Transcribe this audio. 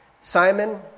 Simon